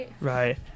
right